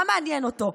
מה מעניין אותו?